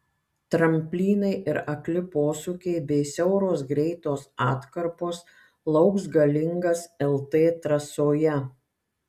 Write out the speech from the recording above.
tramplynai ir akli posūkiai bei siauros greitos atkarpos lauks galingas lt trasoje